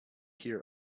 here